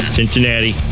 Cincinnati